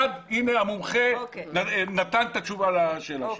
המומחה נתן את התשובה לשאלה שלך.